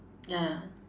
ya